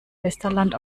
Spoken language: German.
westerland